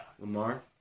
Lamar